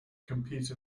compete